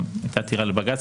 גם הייתה עתירה לבג"צ,